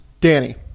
Danny